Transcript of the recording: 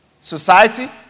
society